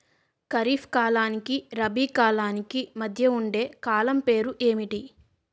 ఖరిఫ్ కాలానికి రబీ కాలానికి మధ్య ఉండే కాలం పేరు ఏమిటి?